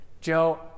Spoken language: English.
Joe